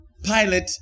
Pilate